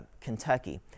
Kentucky